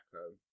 home